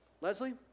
Leslie